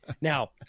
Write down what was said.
Now